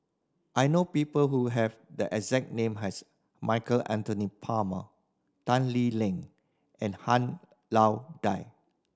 I know people who have the exact name as Michael Anthony Palmer Tan Lee Leng and Han Lao Da